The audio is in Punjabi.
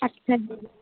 ਅੱਛਾ ਜੀ